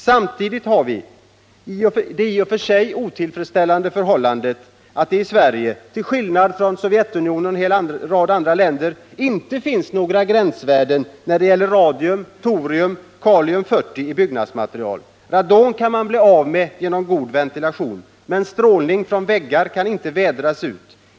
Samtidigt har vi det i och för sig otillfredsställande förhållandet att det i Sverige — till skillnad från Sovjetunionen och andra länder — inte finns några gränsvärden för radium, torium och kalium-40 i byggnadsmaterial. Radon kan man bli av med genom en god ventilation. Men strålningen från väggarna kan inte vädras ut.